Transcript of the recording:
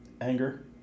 Anger